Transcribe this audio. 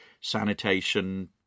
sanitation